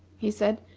he said.